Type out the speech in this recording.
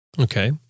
okay